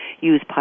use